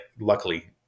luckily